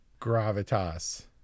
Gravitas